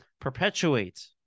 perpetuate